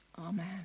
Amen